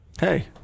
Hey